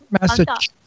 Massachusetts